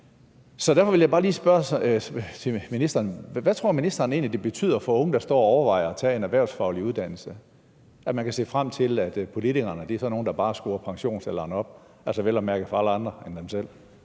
Derfor vil jeg bare lige spørge ministeren: Hvad tror ministeren egentlig, det betyder for unge, der står og overvejer at tage en erhvervsfaglig uddannelse, at man kan se frem til, at politikerne er sådan nogle, der bare skruer pensionsalderen op, altså vel at mærke for alle andre end dem selv?